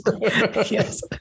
yes